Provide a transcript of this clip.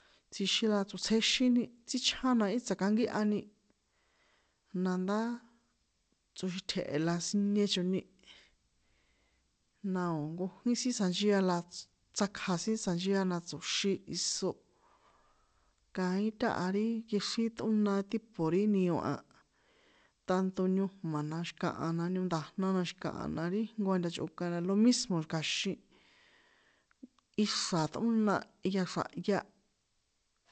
Tsjixin la tsotsjexíni tsíchján na í tsakakíhani, nandá, tsoxitje̱he̱ la sinie choni, na o̱ nkojín sin tsjanchia la tsakja sin tsjanchia na tso̱xi iso, kaín táha ri nkexrín ṭꞌóna tipo ri nio a, tanto niojma̱ na, xi̱kaha na nionda̱jna na xi̱kahana, ri jnko ntachꞌokan la lomismo̱ kja̱xin, ixra̱ ṭꞌóna jehya xra̱haya.